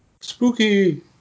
Spooky